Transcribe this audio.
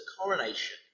coronation